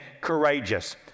courageous